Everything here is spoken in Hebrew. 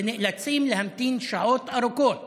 ונאלצים להמתין שעות ארוכות